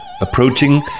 Approaching